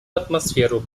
атмосферу